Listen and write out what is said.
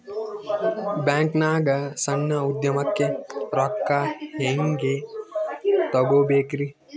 ಬ್ಯಾಂಕ್ನಾಗ ಸಣ್ಣ ಉದ್ಯಮಕ್ಕೆ ರೊಕ್ಕ ಹೆಂಗೆ ತಗೋಬೇಕ್ರಿ?